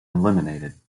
eliminated